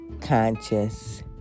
conscious